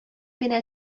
генә